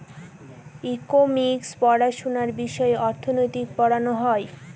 economics পড়াশোনা বিষয়ে অর্থনীতি পড়ানো হয়